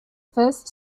first